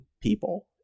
people